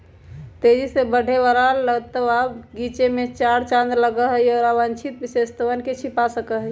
तेजी से बढ़े वाला लतवा गीचे में चार चांद लगावा हई, और अवांछित विशेषतवन के छिपा सका हई